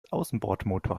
außenbordmotor